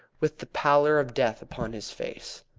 with the pallor of death upon his face.